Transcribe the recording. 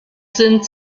sind